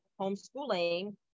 homeschooling